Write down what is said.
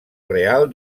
real